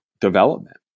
development